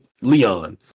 Leon